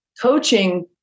coaching